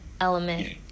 element